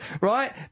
right